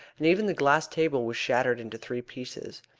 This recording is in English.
and even the glass table was shattered into three pieces.